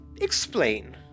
Explain